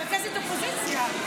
מרכזת אופוזיציה.